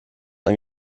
ein